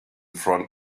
front